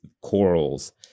corals